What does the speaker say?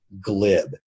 glib